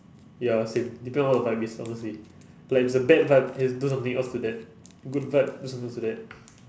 ya same depend on what the vibe is honestly like if it's a bad vibe has to do something else to that good vibe do something else to that